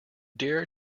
dare